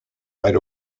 right